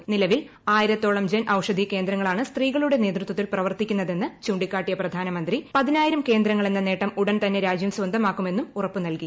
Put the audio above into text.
ന്യൂലവിൽ ആയിരത്തോളം ജൻ ഔഷധി കേന്ദ്രങ്ങളാണ് സ്ത്രീകളുടെ നേതൃത്വത്തിൽ പ്രവർത്തിക്കുന്നതെന്ന് ചൂണ്ടിക്കാട്ടിയ പ്രധാനമന്ത്രി പതിനായിരുക കേന്ദ്രങ്ങളെന്ന നേട്ടം ഉടൻതന്നെ രാജ്യം സ്വന്തമാക്കുമെന്നും ഉറപ്പ് നൽകി